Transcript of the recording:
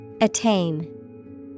Attain